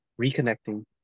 reconnecting